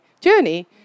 journey